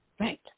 Right